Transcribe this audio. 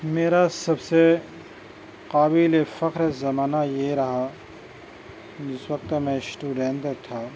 میرا سب سے قابلِ فخر زمانہ یہ رہا جس وقت میں اسٹوڈینٹ تھا